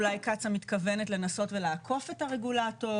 אולי קצא"א מתכוונת לנסות ולעקוף את הרגולטור,